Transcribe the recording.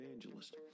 Evangelist